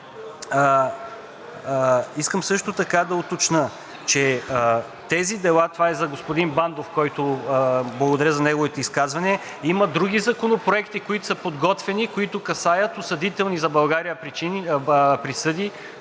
Искам също така да уточня, че тези дела – това е за господин Пандов, благодаря за неговото изказване, има други законопроекти, които са подготвени, които касаят осъдителни за България присъди